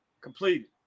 Completed